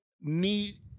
need